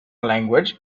language